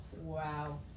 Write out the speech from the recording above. wow